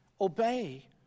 Obey